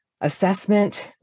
assessment